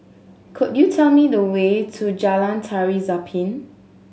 could you tell me the way to Jalan Tari Zapin